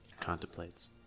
Contemplates